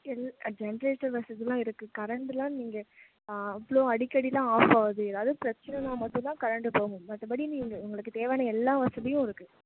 L generator வசதியெலாம் இருக்குது கரண்டெலாம் நீங்கள் அவ்வளோ அடிக்கடிலாம் ஆஃப் ஆகாது ஏதாவது பிரச்சினனா மட்டும் தான் கரண்டு போகும் மற்றபடி நீங்கள் உங்களுக்கு தேவையான எல்லாம் வசதியும் இருக்குது